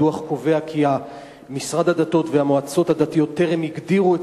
הדוח קובע כי משרד הדתות והמועצות הדתיות טרם הגדירו את